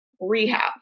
rehab